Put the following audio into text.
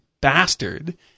bastard